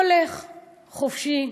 הוא הולך חופשי,